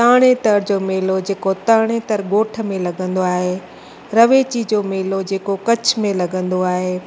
तणेतर जो मेलो जे को तणेतर ॻोठ में लॻंदो आहे रवेची जो मेलो जे को कच्छ में लॻंदो आहे